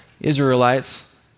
Israelites